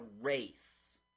race